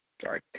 Sorry